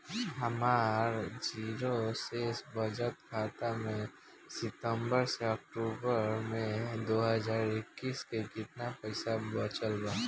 हमार जीरो शेष बचत खाता में सितंबर से अक्तूबर में दो हज़ार इक्कीस में केतना पइसा बचल बा?